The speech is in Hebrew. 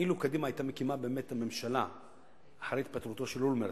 אילו קדימה היתה מקימה באמת את הממשלה אחרי התפטרותו של אולמרט,